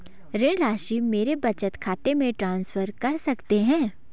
ऋण राशि मेरे बचत खाते में ट्रांसफर कर सकते हैं?